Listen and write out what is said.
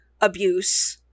abuse